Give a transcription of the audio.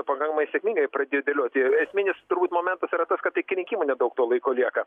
pakankamai sėkmingai pradėjo dėlioti esminis turbūt momentas yra tas kad tai iki rinkimų nedaug to laiko lieka